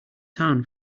town